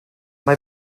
mae